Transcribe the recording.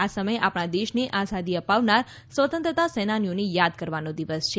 આ સમય આપણા દેશને આઝાદી અપાવનાર સ્વતંત્રતા સેનાનીઓને યાદ કરવાનો દિવસ છે